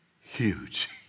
huge